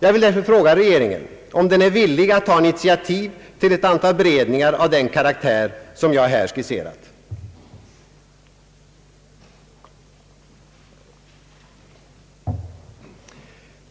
Jag vill därför fråga regeringen om den är villig att ta initiativ till ett antal beredningar av den karaktär som jag här skisserat.